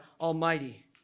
Almighty